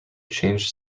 changed